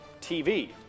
TV